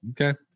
okay